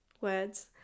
words